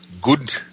good